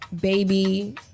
baby